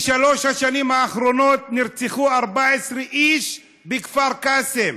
בשלוש השנים האחרונות נרצחו 14 איש בכפר קאסם,